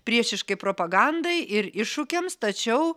priešiškai propagandai ir iššūkiams tačiau